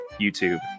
YouTube